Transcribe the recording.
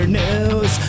news